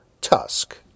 Tusk